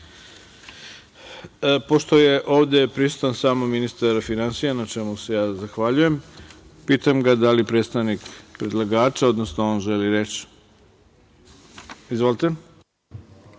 SFRJ.Pošto je ovde prisutan samo ministar finansija, na čemu mu se ja zahvaljujem, pitam ga da li predstavnik predlagača, odnosno on, želi reč? Izvolite.